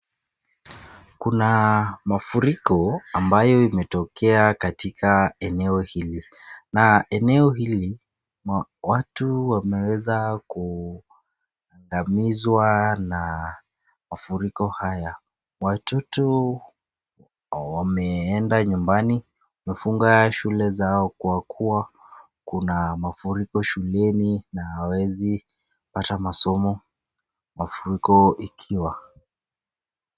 Kuna mafuriko ambayo imetokea eneo hili, na eneo hili watu wameweza kuangamizwa na mafuriko haya. Watoto wameenda nyumbani, wamefunga shule zao kwa kuwa kuna mafuriko na hawawezipata masomo mafuriko yakiwa.